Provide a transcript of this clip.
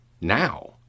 now